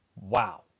Wow